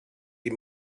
die